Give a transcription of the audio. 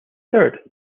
third